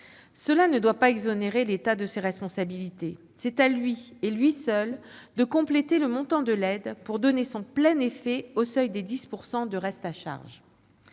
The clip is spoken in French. Cela ne doit pas exonérer l'État de ses responsabilités : c'est à lui, et à lui seul, de compléter le montant de l'aide pour donner son plein effet au seuil des 10 % de reste à charge